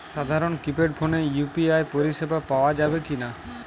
সাধারণ কিপেড ফোনে ইউ.পি.আই পরিসেবা পাওয়া যাবে কিনা?